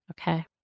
Okay